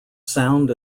sound